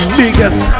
biggest